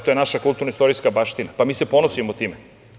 To je naša kulturno istorijska baština i ponosimo se time.